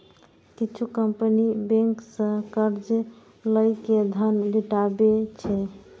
किछु company bank सं कर्ज लए के धन जुटाबै छै